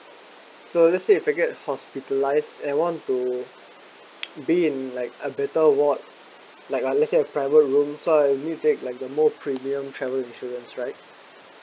so let's say if I get hospitalised and want to be in like a better ward like a let's say a private room so I need to take like the most premium travel insurance right